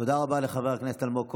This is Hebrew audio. תודה רבה לחבר הכנסת אלמוג כהן.